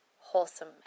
wholesome